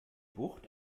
bucht